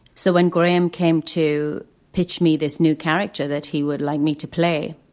so when graham came to pitch me this new character that he would like me to play.